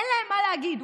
אין להם מה להגיד.